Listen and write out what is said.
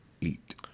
eat